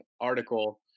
article